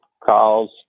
calls